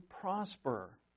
prosper